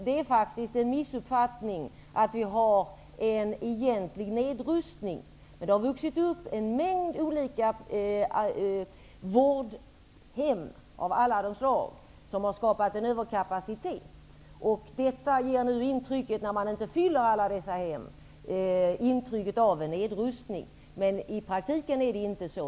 Det är faktiskt en missuppfattning att vi har en egentlig nedrustning. Det har vuxit upp en mängd olika vårdhem av alla de slag. Detta har skapat en överkapacitet. När man inte fyller alla dessa hem ger det intrycket av en nedrustning, men i praktiken är det inte så.